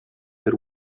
per